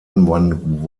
man